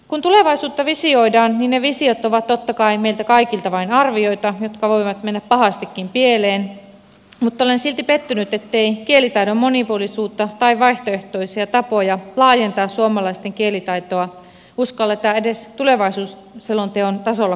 kun tulevaisuutta visioidaan niin ne visiot ovat totta kai meiltä kaikilta vain arvioita jotka voivat mennä pahastikin pieleen mutta olen silti pettynyt ettei kielitaidon monipuolisuutta tai vaihtoehtoisia tapoja laajentaa suomalaisten kielitaitoa uskalleta edes tulevaisuusselonteon tasolla kartoittaa